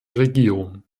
regierung